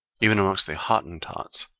even amongst the hottentots,